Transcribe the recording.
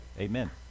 amen